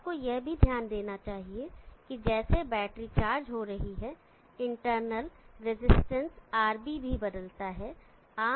आपको यह भी ध्यान देना चाहिए कि जैसे बैटरी चार्ज हो रही है इंटरनल रेजिस्टेंस RB भी बदलता है